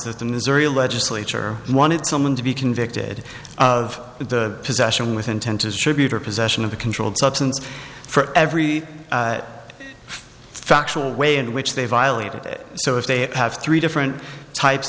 the missouri legislature wanted someone to be convicted of the possession with intent to distribute or possession of a controlled substance for every factual way in which they violated it so if they have three different types